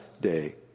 day